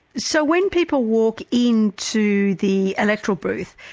so when people walk in to the electoral booth,